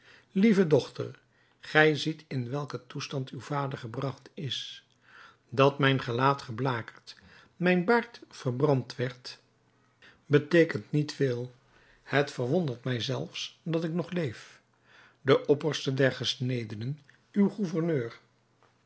lieve dochter gij ziet in welken toestand uw vader gebragt is dat mijn gelaat geblakerd mijn baard verbrand werd beteekent niet veel het verwonderd mij zelfs dat ik nog leef de opperste der gesnedenen uw gouverneur